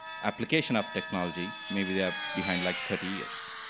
application of technology. maybe they're behind, like, thirty years.